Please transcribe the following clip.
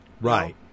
Right